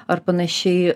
ar panašiai